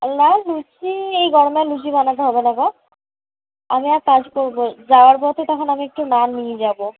না লুচি এই গরমে আর লুচি বানাতে হবে না গো আমি এক কাজ করবো যাওয়ার পথে তখন আমি একটু নান নিয়ে যাবো